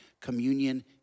Communion